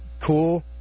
cool